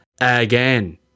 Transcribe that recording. again